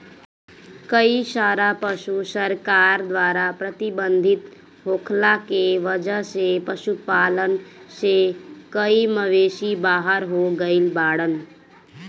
कई सारा पशु सरकार द्वारा प्रतिबंधित होखला के वजह से पशुपालन से कई मवेषी बाहर हो गइल बाड़न